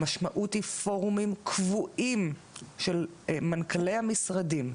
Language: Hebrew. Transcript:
המשמעות היא פורומים קבועים של מנכ"לי המשרדים,